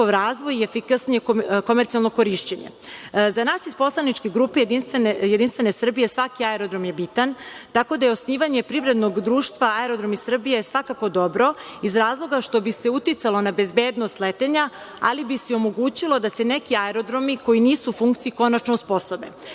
i efikasnije komercijalno korišćenje. Za nas iz poslaničke grupe JS svaki aerodrom je bitan, tako da je osnivanje Privrednog društva „Aerodromi Srbije“ svakako dobro, iz razloga što bi se uticalo na bezbednost letenja, ali bi se i omogućilo da se neki aerodromi koji nisu u funkciji konačno osposobe. To